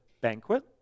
banquet